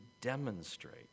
demonstrate